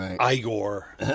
Igor